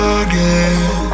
again